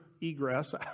egress